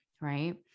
right